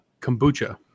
kombucha